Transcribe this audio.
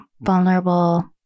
vulnerable